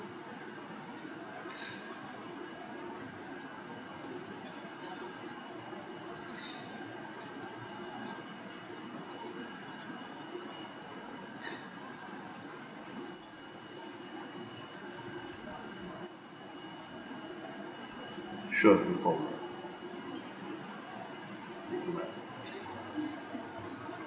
sure no problem